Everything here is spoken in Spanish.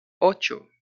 ocho